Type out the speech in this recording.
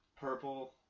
purple